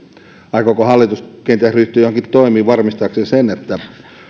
hallitus kenties ryhtyä joihinkin toimiin varmistaakseen sen että